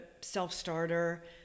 self-starter